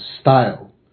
style